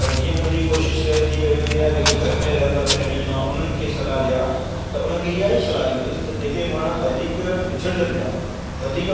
पर जीअं मुंहिंजी कोशिशि रहे थी भई मुंहिंजे यहा जेके घर में रहनि था प्रेमी मां उन्हनि खे सलाह ॾियां त उन्हनि खे इहा ई सलाह ॾींदुसि त जेके वण वधीक विछिड़जनि था वधीक